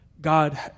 God